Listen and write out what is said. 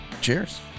Cheers